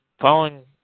following